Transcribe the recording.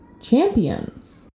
champions